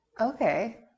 Okay